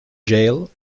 jail